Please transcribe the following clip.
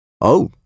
Oh